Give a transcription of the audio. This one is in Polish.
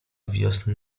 wiosny